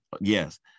yes